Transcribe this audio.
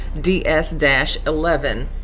DS-11